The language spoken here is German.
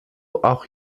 auch